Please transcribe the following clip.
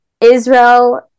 Israel